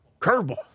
Curveball